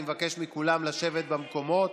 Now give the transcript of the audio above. אני מבקש מכולם לשבת במקומות.